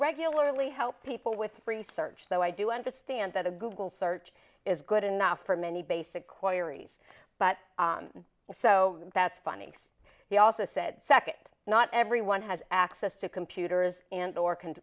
regularly help people with research though i do understand that a google search is good enough for many basic queries but so that's funny he also said second not everyone has access to computers and dork an